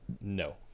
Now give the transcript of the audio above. No